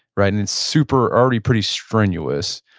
right? and it's super, already pretty strenuous.